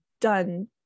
done